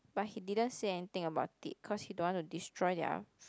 but he didn't say anything about it cause he don't want to destroy their